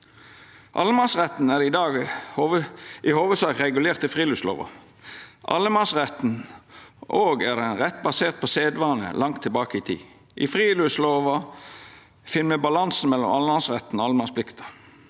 Allemannsretten er i dag i hovudsak regulert i friluftslova. Allemannsretten er òg ein rett basert på sedvane langt tilbake i tid. I friluftslova finn me balansen mellom allemannsretten og allemannsplikta.